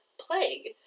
Plague